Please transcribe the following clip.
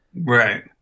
Right